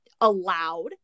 allowed